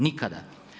Nikada.